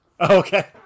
Okay